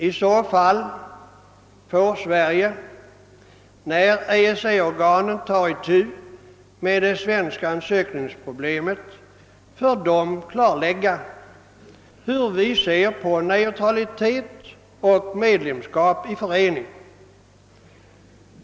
I så fall får Sverige när EEC-organet tar itu med det svenska ansökningsproblemet klarlägga hur vi ser på neutralitet och medlemskap i förening.